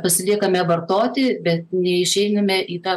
pasiliekame vartoti bet neišeiname į tą